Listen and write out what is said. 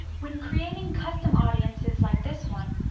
when creating custom audiences like this one,